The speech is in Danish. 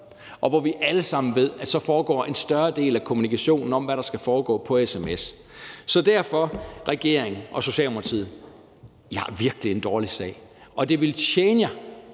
og hvor vi alle sammen ved, at så foregår en større del af kommunikationen om, hvad der skal foregå, på sms. Så derfor, regering og Socialdemokratiet: I har virkelig en dårlig sag. Og det ville tjene jer,